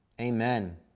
Amen